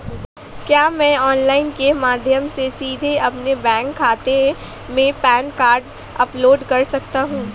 क्या मैं ऑनलाइन के माध्यम से सीधे अपने खाते में पैन कार्ड अपलोड कर सकता हूँ?